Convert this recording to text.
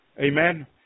Amen